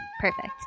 Perfect